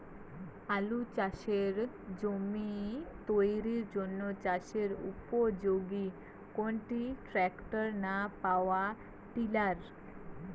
আলু চাষের জমি তৈরির জন্য চাষের উপযোগী কোনটি ট্রাক্টর না পাওয়ার টিলার?